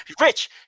Rich